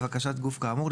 לבקשת גוף כאמור,